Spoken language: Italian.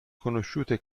conosciute